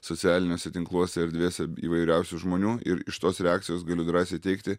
socialiniuose tinkluose erdvėse įvairiausių žmonių ir iš tos reakcijos galiu drąsiai teigti